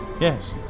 Yes